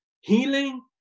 healing